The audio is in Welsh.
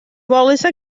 wallace